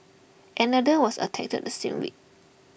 another was attacked the same week